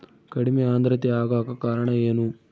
ಕಡಿಮೆ ಆಂದ್ರತೆ ಆಗಕ ಕಾರಣ ಏನು?